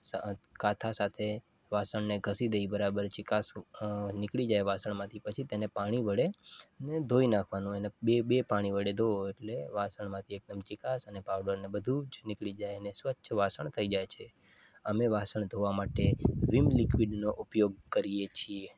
કાથા સાથે વાસણને ઘસી દઈ બરાબર ચીકાશ અ નીકળી જાય વાસણમાંથી પછી તેને પાણી વડે ધોઈ નાખવાનું બે બે પાણી વડે ધુઓ એટલે વાસણમાંથી ચીકાશ અને પાઉડર બધું જ નીકળી જાય છે અને સ્વચ્છ વાસણ થઇ જાય છે અમે વાસણ ધોવા માટે વીમ લિક્વિડનો ઉપયોગ કરીએ છીએ